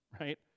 right